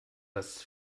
das